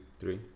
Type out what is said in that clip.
three